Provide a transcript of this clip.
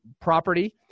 property